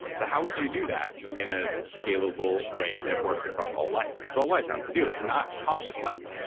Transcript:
so how would you do that in a scalable way that works across all life? because all life has to do this. not conscious life,